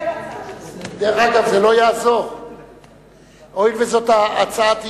הואיל וזו לא הצעת אי-אמון,